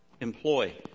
employ